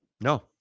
No